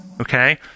Okay